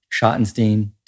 Schottenstein